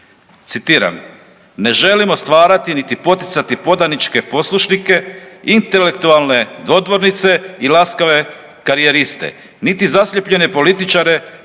Citiram,